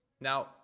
Now